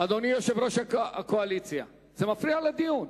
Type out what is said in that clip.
אדוני יושב-ראש הקואליציה, זה מפריע לדיון.